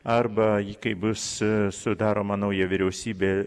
arba jį kaip bus sudaroma nauja vyriausybė